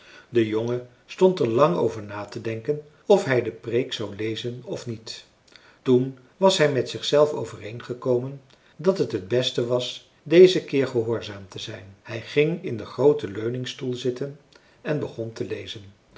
de jongen stond er lang over na te denken of hij de preek zou lezen of niet toen was hij met zichzelf overeengekomen dat het t beste was dezen keer gehoorzaam te zijn hij ging in den grooten leuningstoel zitten en begon te lezen